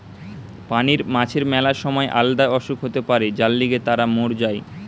পানির মাছের ম্যালা সময় আলদা অসুখ হতে পারে যার লিগে তারা মোর যায়